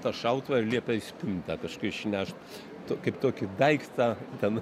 tą šautuvą liepia į spintą išnešt kaip tokį daiktą ten